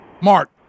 Mark